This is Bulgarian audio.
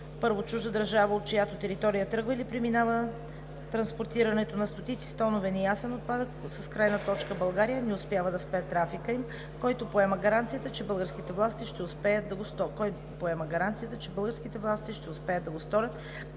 1. Чужда държава, от чиято територия тръгва или преминава транспортирането на стотици тонове неясен отпадък с крайна точка България и не успява да спре трафика им, кой поема гаранцията, че българските власти ще успеят да го сторят?